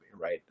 right